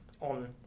On